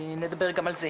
נדבר גם על זה.